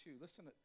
Listen